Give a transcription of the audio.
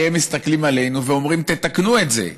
הרי הם מסתכלים עלינו ואומרים: תתקנו את זה.